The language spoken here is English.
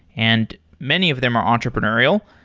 and many of them are entrepreneurial.